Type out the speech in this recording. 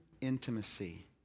intimacy